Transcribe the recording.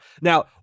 Now